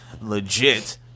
legit